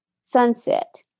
sunset